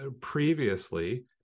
previously